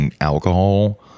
alcohol